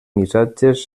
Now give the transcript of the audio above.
missatges